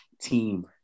team